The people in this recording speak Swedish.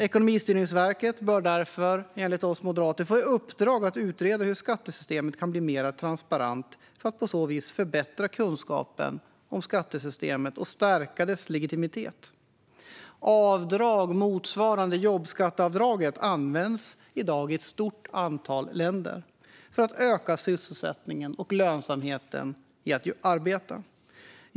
Ekonomistyrningsverket bör därför enligt oss moderater få i uppdrag att utreda hur skattesystemet kan bli mer transparent för att på så vis förbättra kunskapen om skattesystemet och stärka dess legitimitet. Avdrag motsvarande jobbskatteavdraget används i dag i ett stort antal länder för att öka sysselsättningen och lönsamheten i att arbeta.